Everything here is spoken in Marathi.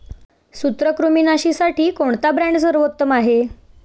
सूत्रकृमिनाशीसाठी कोणता ब्रँड सर्वोत्तम आहे?